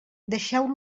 deixeu